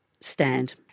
stand